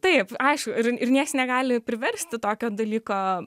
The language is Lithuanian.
taip aišku ir ir nieks negali priversti tokio dalyko